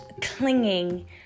clinging